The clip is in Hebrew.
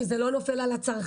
כשזה לא נופל על הצרכן,